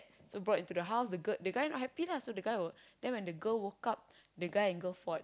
so brought into the house the girl the guy not happy lah so the guy will then when the girl woke up the guy and girl fought